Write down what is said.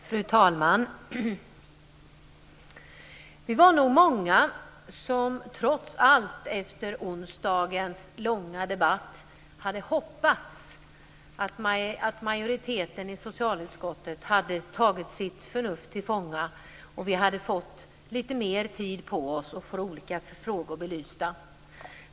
Fru talman! Vi var nog många som efter onsdagens långa debatt trots allt hade hoppats att majoriteten i socialutskottet hade tagit sitt förnuft till fånga så att vi hade fått lite mer tid på oss att få olika frågor belysta.